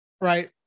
right